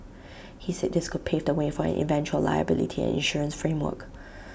he said this could pave the way for an eventual liability and insurance framework